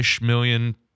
million